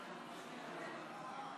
עברה.